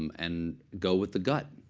and go with the gut.